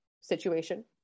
situation